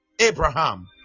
Abraham